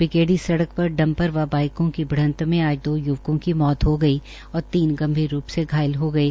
BKD सड़कपर dumper व बाइकों की भिड़त मे आज दो य्वकों की मौत हो गई और तीन गंभीर रूप से घायल हो गये